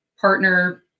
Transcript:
partner